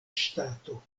ŝtato